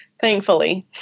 Thankfully